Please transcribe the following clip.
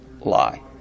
lie